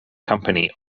company